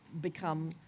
become